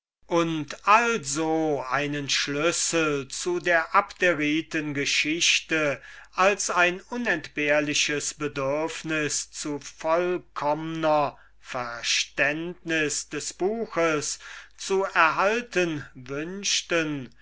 und also einen schlüssel zu der abderitengeschichte als ein unentbehrliches bedürfnis zu vollkommner verständnis eines so interessanten buches zu erhalten wünschten